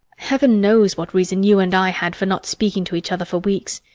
heaven knows what reason you and i had for not speaking to each other for weeks.